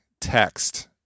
text